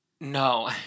No